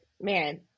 man